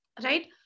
right